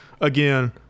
again